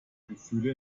gefühle